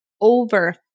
over